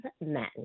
men